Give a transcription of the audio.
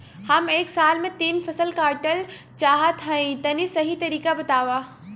हम एक साल में तीन फसल काटल चाहत हइं तनि सही तरीका बतावा?